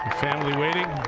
family waiting.